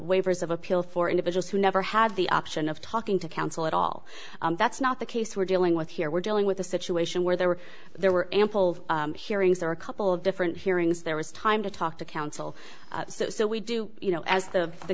waivers of appeal for individuals who never had the option of talking to counsel at all that's not the case we're dealing with here we're dealing with a situation where there were there were ample hearings there are a couple of different hearings there was time to talk to counsel so we do you know as the the